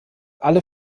alle